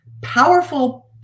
powerful